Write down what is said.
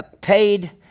paid